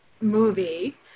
movie